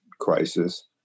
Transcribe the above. crisis